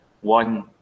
one